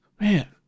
man